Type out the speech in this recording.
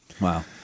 Wow